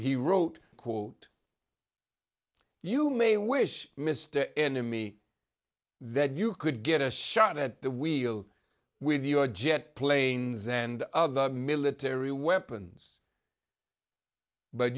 he wrote quote you may wish mr enemy that you could get a shot at the wheel with your jet planes and other military weapons but